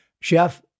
Chef